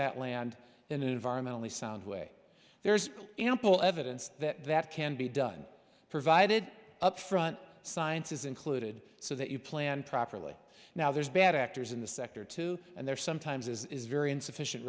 that land in an environmentally sound way there's ample evidence that that can be done provided upfront science is included so that you plan properly now there's bad actors in the sector too and there's sometimes is very insufficient